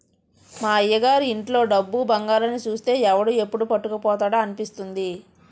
మా అయ్యగారి ఇంట్లో డబ్బు, బంగారాన్ని చూస్తే ఎవడు ఎప్పుడు పట్టుకుపోతాడా అనిపిస్తుంది